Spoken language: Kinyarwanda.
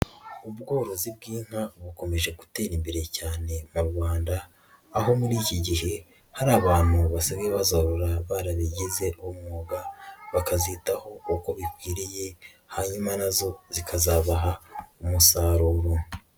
Ubworozi bw'inka bukomeje gutera imbere cyane mu Rwanda aho muri iki gihe hari abantu basigaye bazahora barabigize umwuga bakazitaho uko bikwiriye hanyuma na zo zikazabaha umusaruro.